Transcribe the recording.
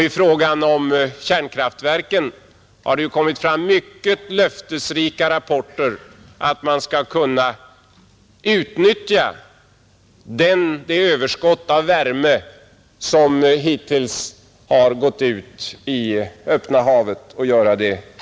I fråga om kärnkraftverken har mycket löftesrika rapporter kommit fram om att man skall kunna utnyttja det överskott av värme som hittills har gått ut i öppna havet.